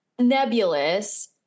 nebulous